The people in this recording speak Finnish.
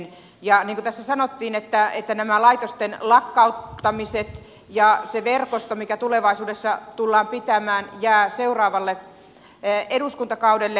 niin kuin tässä sanottiin nämä laitosten lakkauttamiset ja se verkosto mikä tulevaisuudessa tullaan pitämään jäävät seuraavalle eduskuntakaudelle